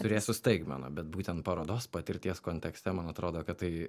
turėsiu staigmeną bet būtent parodos patirties kontekste man atrodo kad tai